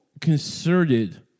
concerted